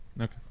Okay